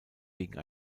wegen